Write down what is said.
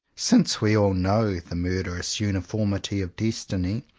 since we all know the murderous uniformities of destiny,